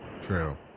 True